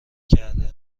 کرده